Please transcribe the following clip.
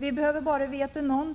Vi behöver bara känna